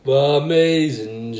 amazing